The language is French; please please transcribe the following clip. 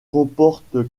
comporte